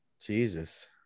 Jesus